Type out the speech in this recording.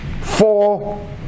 Four